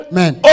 Amen